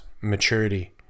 maturity